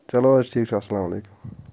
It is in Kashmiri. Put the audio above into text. چلو حظ ٹھیک چھُ السلام علیکُم